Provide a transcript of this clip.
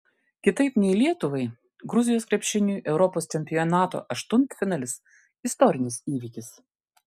kitaip nei lietuvai gruzijos krepšiniui europos čempionato aštuntfinalis istorinis įvykis